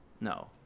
No